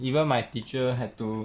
even my teacher had to